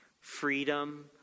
freedom